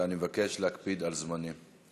אני מבקש להקפיד על זמנים.